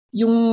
yung